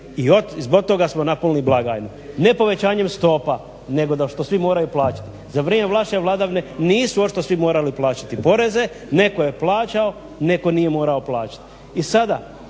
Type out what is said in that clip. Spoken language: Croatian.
i zbog toga smo napunili blagajnu. Ne povećanjem stopa, nego zato što svi moraju plaćati. Za vrijeme vaše vladavine nisu očito svi morati plaćati poreze. Netko je plaćao, netko nije morao plaćati. I sada